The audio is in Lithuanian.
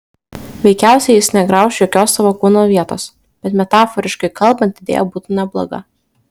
veikiausiai jis negrauš jokios savo kūno vietos bet metaforiškai kalbant idėja būtų nebloga